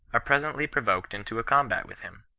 are presently provoked into a combat with him.